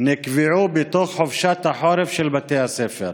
נקבעו בתוך חופשת החורף של בתי הספר.